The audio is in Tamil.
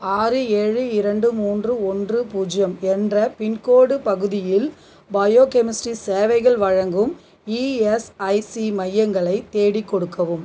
ஆறு ஏழு இரண்டு மூன்று ஒன்று பூஜ்ஜியம் என்ற பின்கோட் பகுதியில் பயோ கெமிஸ்ட்ரி சேவைகள் வழங்கும் இஎஸ்ஐசி மையங்களை தேடிக் கொடுக்கவும்